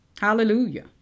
Hallelujah